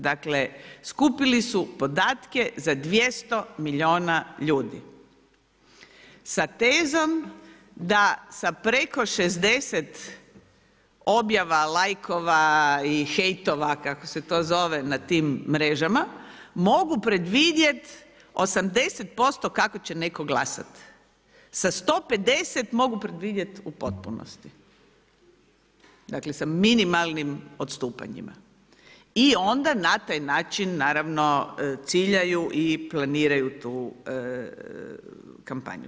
Dakle, skupili su podatke za 200 milijuna ljudi, sa tezom, da sa preko 60 objava, lajkova i hejtova kako se to zove na tim mrežama, mogu predvidjet 80% kako će netko glasat, sa 150 mogu predvidjet u potpunosti, dakle sa minimalnim odstupanjima i onda na taj način naravno ciljaju i planiraju tu kampanju.